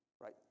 right